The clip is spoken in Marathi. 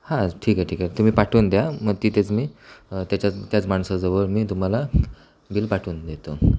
हां ठीक आय ठीक आहे तुम्ही पाठवून द्या मग तिथेच मी त्याच्यात त्याच माणसाजवळ मी तुम्हाला बिल पाठवून देतो